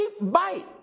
bite